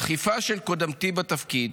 בדחיפה של קודמתי בתפקיד